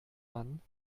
man